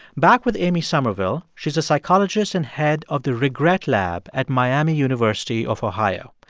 back with amy sommerville. she's a psychologist and head of the regret lab at miami university of ohio.